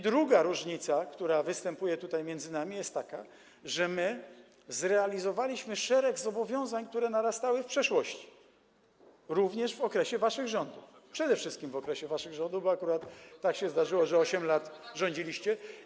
Druga różnica, która występuje między nami, jest taka, że zrealizowaliśmy szereg zobowiązań, które narastały w przeszłości, również w okresie waszych rządów, przede wszystkim w okresie waszych rządów, bo akurat tak się zdarzyło, że 8 lat rządziliście.